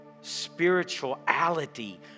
spirituality